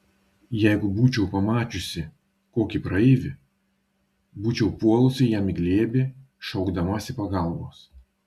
jeigu būčiau pamačiusi kokį praeivį būčiau puolusi jam į glėbį šaukdamasi pagalbos